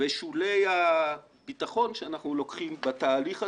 ושולי הביטחון שאנחנו לוקחים בתהליך הזה.